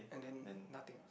and then nothing